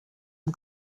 and